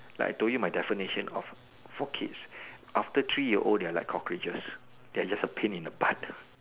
like I told you my definition of for kids after three year old they are like cockroaches they are just a pain in the butt